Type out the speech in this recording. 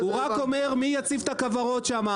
הוא רק אומר מי יציב את הכוורות שם.